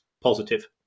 positive